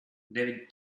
david